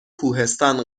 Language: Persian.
کوهستان